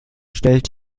stellt